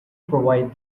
provide